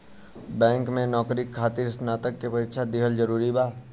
Bank में नौकरी खातिर स्नातक के परीक्षा दिहल जरूरी बा?